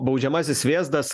baudžiamasis vėzdas